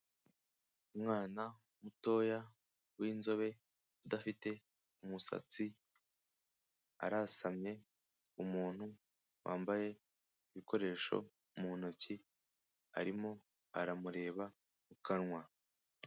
Umwana mutoya w'inzobe udafite umusatsi, arasamye umuntu wambaye ibikoresho mu ntoki arimo aramureba mu kanwa.